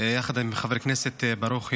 יחד עם חבר הכנסת ברוכי,